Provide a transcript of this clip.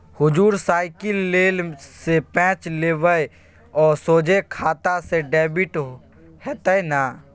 हुजुर साइकिल लेल जे पैंच लेबय ओ सोझे खाता सँ डेबिट हेतेय न